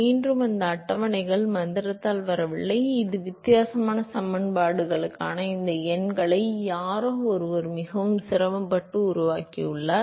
மீண்டும் இந்த அட்டவணைகள் மந்திரத்தால் வரவில்லை இந்த வித்தியாசமான சமன்பாடுகளுக்காக இந்த எண்களை யாரோ ஒருவர் மிகவும் சிரமப்பட்டு உருவாக்கியுள்ளார்